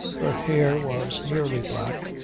her hair was nearly black,